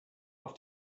auf